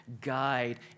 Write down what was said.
guide